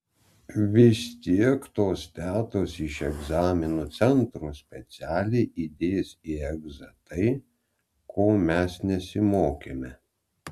vis tiek tos tetos iš egzaminų centro specialiai įdės į egzą tai ko mes nesimokėme